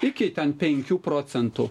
iki ten penkių procentų